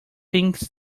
thinks